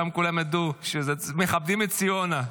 שם כולם יודעו שמכבדים את ציונה.